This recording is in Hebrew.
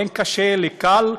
בין קשה לקל,